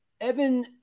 Evan